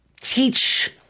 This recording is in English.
teach